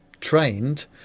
trained